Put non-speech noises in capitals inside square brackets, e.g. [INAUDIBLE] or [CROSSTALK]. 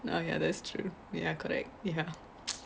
oh ya that's true ya correct ya [NOISE]